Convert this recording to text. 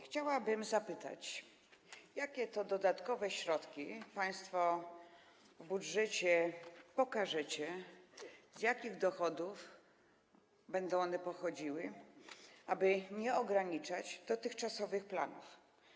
Chciałabym zapytać, jakie to dodatkowe środki w budżecie państwo pokażecie, z jakich dochodów będą one pochodziły, aby nie ograniczać dotychczasowych planów.